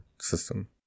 system